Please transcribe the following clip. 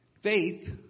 Faith